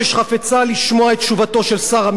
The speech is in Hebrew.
לשמוע את תשובתו של שר המשפטים: